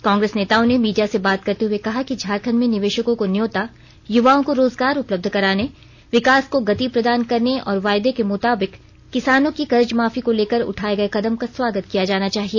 कांग्रेस नेताओं ने मीडिया से बात करते हुए कहा कि झारखंड में निवेशकों को न्योता युवाओं को रोजगार उपलब्ध कराने विकास को गति प्रदान करने और वायदे के मुताबिक किसानों की कर्जमाफी को लेकर उठाये गये कदम का स्वागत किया जाना चाहिए